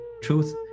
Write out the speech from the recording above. truth